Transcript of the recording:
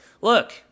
Look